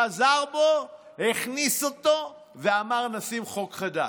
חזר בו, הכניס אותו ואמר: נשים חוק חדש.